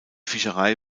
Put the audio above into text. fischerei